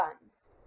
funds